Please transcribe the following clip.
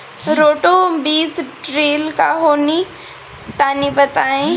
Roto बीज drill का होला तनि बताई?